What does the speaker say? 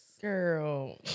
girl